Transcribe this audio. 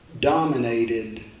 dominated